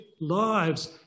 lives